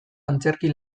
antzerki